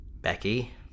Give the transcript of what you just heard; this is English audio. Becky